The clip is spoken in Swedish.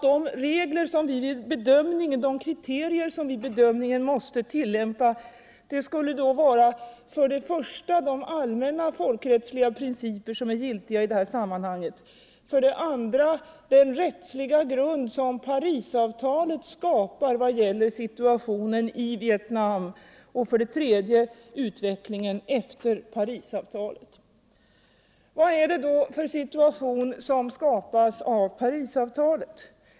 De kriterier som vi vid bedömningen måste tillämpa skulle då vara för det första de allmänna folkrättsliga principer som är giltiga i det här sammanhanget, för det andra den rättsliga grund som Parisavtalet skapar vad gäller situationen i Vietnam och för det tredje utvecklingen efter Parisavtalet. Vad är det då för situation som skapas av Parisavtalet?